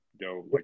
go